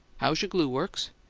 how's your glue-works?